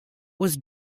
was